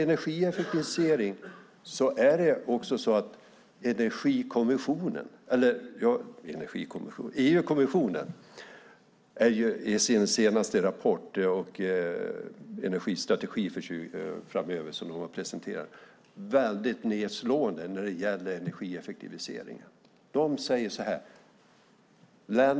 EU-kommissionen låter i sin senaste rapport om den framtida energistrategin nedslagen när det gäller just energieffektiviseringen.